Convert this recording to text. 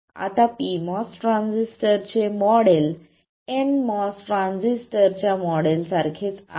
आता pMOS ट्रान्झिस्टरचे model nMOS ट्रान्झिस्टरच्या मॉडेलसारखेच आहे